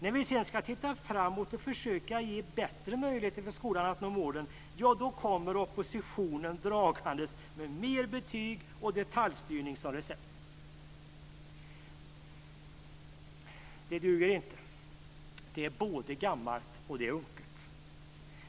När vi sedan ska titta framåt och försöka ge bättre möjligheter för skolan att nå målen, ja då kommer oppositionen dragandes med mer betyg och detaljstyrning som recept. Det duger inte. Det är både gammalt och unket.